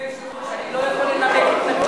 אדוני היושב-ראש, אני לא יכול לנמק התנגדות?